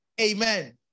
Amen